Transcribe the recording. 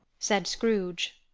said scrooge.